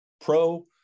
pro